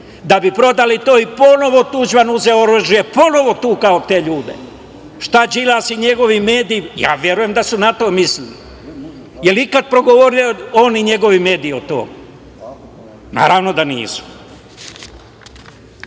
da bi prodali to i ponovo Tuđman uzeo oružje, ponovo tukao te ljude. Šta Đilas i njegovi mediji, ja verujem da su na to mislili? Da li je ikad progovorio on i njegovi mediji o tome? Naravno da nisu. Idemo